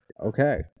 Okay